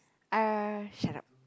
ah shut up